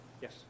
Yes